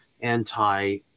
anti